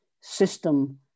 system